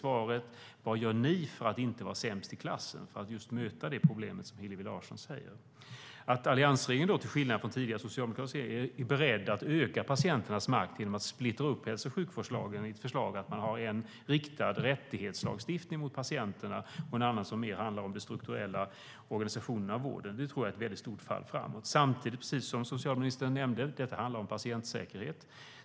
Vad gör de för att inte vara sämst i klassen och i stället möta det problem som Hillevi Larsson tar upp? Att alliansregeringen till skillnad från tidigare socialdemokratiska regeringar är beredd att öka patienternas makt genom att splittra upp hälso och sjukvårdslagen i ett förslag om en rättighetslagstiftning riktad mot patienterna och en annan lagstiftning som mer handlar om den strukturella organisationen av vården är ett stort fall framåt. Men precis som socialministern nämnde handlar detta om patientsäkerhet.